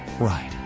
Right